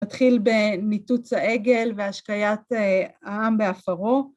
‫מתחיל בניתוץ העגל והשקיית העם בעפרו.